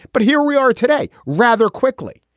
but here we are today rather quickly.